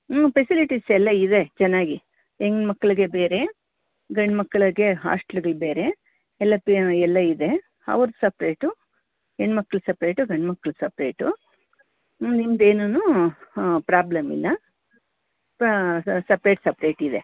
ಹ್ಞೂ ಫೆಸಿಲಿಟಿಸ್ ಎಲ್ಲ ಇದೆ ಚೆನ್ನಾಗಿ ಹೆಣ್ಮಕ್ಕಳಿಗೆ ಬೇರೆ ಗಂಡು ಮಕ್ಕಳಿಗೆ ಹಾಸ್ಟೆಲ್ಗಳು ಬೇರೆ ಎಲ್ಲ ಪೆ ಎಲ್ಲ ಇದೆ ಅವ್ರು ಸಪ್ರೇಟು ಹೆಣ್ಮಕ್ಳು ಸಪ್ರೇಟು ಗಂಡ್ಮಕ್ಳು ಸಪ್ರೇಟು ನಿಮ್ದೇನೇನೋ ಹಾಂ ಪ್ರೊಬ್ಲಮಿಲ್ಲ ಸಪ್ರೇಟ್ ಸಪ್ರೇಟ್ ಇದೆ